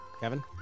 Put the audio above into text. Kevin